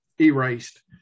erased